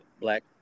black